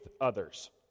others